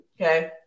Okay